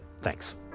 Thanks